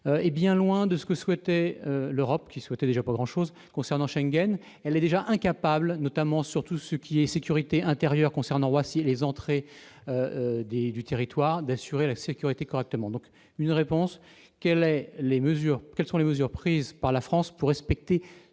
hé bien loin de ce que souhaitaient l'Europe qui souhaitait déjà pas grand-chose concernant Schengen, elle est déjà incapables notamment sur tout ce qui est sécurité intérieure concernant voici les entrées des du territoire, d'assurer la sécurité correctement, donc une réponse qu'elle est, les mesures, quelles sont les mesures prises par la France pour respecter